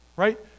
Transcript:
Right